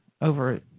over